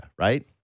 right